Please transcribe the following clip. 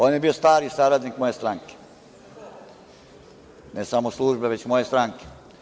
On je bio stari saradnik moje stranke, ne samo službe, već moje stranke.